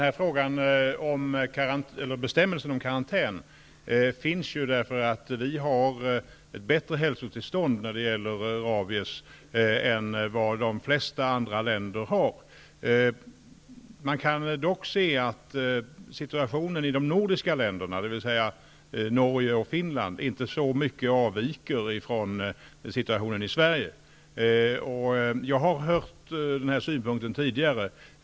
Fru talman! Bestämmelsen om karantän finns ju därför att vi i Sverige har ett bättre hälsotillstånd när det gäller rabies än i de flesta andra länder. Man kan dock se att situationen i de nordiska länderna, dvs. t.ex. Norge och Finland, inte så mycket avviker från situationen i Sverige. Jag har hört denna synpunkt tidigare.